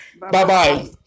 Bye-bye